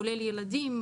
כולל ילדים,